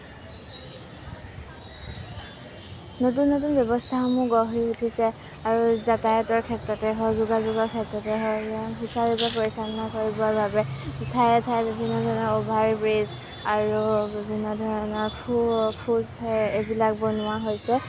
নতুন নতুন ব্যৱস্থা সমূহ গঢ় লৈ উঠিছে আৰু যাতায়তৰ ক্ষেত্ৰতে হওঁক যোগাযোগৰ ক্ষেত্ৰতে হওঁক সুচাৰুৰূপে পৰিচালনা কৰিববৰ বাৰে ঠায়ে ঠায়ে বিভিন্ন ধৰণৰ অ'ভাৰ ব্ৰিজ আৰু বিভিন্ন ধৰণৰ ফু ফুট এইবিলাক বনোৱা হৈছে